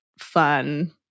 fun